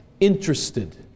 interested